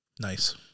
Nice